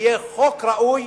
יהיה חוק ראוי